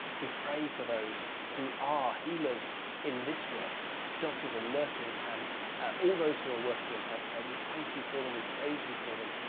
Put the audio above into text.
we pray for those who are healers in this world doctors and nurses and all those who are working in health care. we thank you for them. we praise you for them.